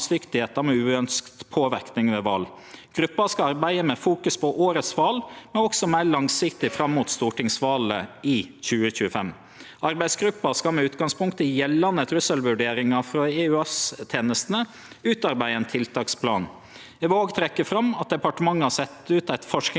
Arbeidsgruppa skal med utgangspunkt i gjeldande trusselvurderingar frå EOS-tenestene utarbeide ein tiltaksplan. Eg vil òg trekkje fram at departementet har sett ut eit forskingsoppdrag om valpåverknad, som skal vare til og med stortings- og sametingsvalet i 2025. På den måten får vi òg kartlagt perioden mellom dei to vala.